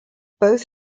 both